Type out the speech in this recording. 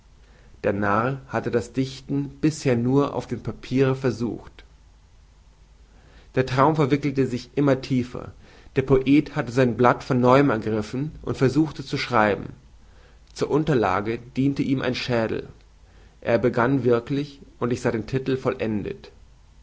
der narr hatte das dichten bisher nur auf dem papiere versucht der traum verwickelte sich immer tiefer der poet hatte sein blatt von neuem ergriffen und versuchte zu schreiben zur unterlage diente ihm ein schädel er begann wirklich und ich sah den titel vollendet